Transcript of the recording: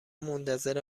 منتظر